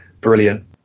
brilliant